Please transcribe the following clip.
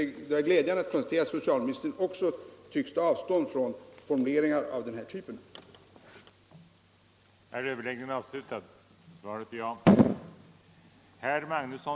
Det är i alla fall glädjande att konstatera att socialministern också tycks ta avstånd från formuleringar av den typ som här använts.